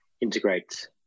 integrate